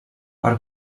per